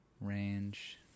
range